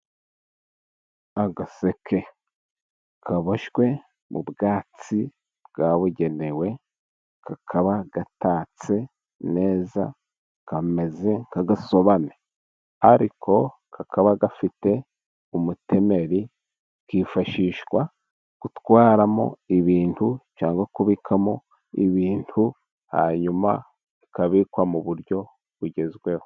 Agaseke kaboshywe mu bwatsi bwabugenewe. Kakaba gatatse neza kameze nk'agasobane, ariko kakaba gafite umutemeri. Kifashishwa gutwaramo ibintu cyangwa kubikamo ibintu, hanyuma bikabikwa mu buryo bugezweho.